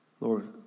Lord